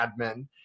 admin